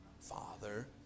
Father